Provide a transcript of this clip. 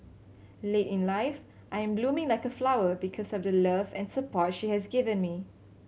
late in life I am blooming like a flower because of the love and support she has given me